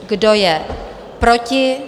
Kdo je proti?